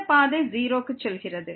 இந்த பாதை 0 க்கு செல்கிறது